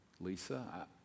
Lisa